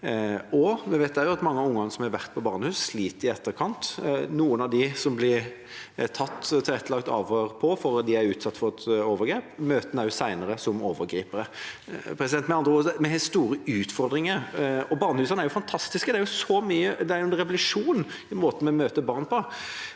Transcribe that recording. Vi vet også at mange av ungene som har vært på barnehus, sliter i etterkant. Noen av dem det blir tatt et tilrettelagt avhør av fordi de har vært utsatt for et overgrep, møter en også senere som overgripere. Vi har med andre ord store utfordringer. Barnehusene er jo fantastiske. De er en revolusjon i måten vi møter barn på.